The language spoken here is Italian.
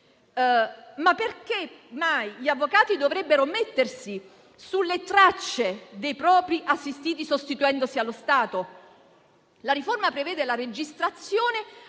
Ma perché mai gli avvocati dovrebbero mettersi sulle tracce dei propri assistiti, sostituendosi allo Stato? La riforma prevede la registrazione